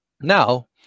Now